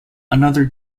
another